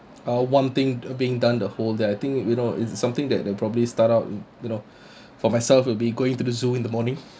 uh one thing being done the whole day I think you know it's something that they'll probably start out you know for myself will be going to the zoo in the morning